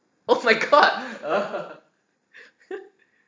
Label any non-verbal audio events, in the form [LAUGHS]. oh my god [LAUGHS]